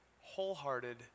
wholehearted